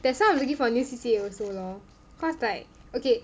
that's why I'm looking for a new C_C_A also lor because like okay